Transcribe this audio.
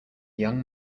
young